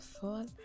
fall